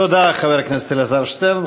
תודה, חבר הכנסת אלעזר שטרן.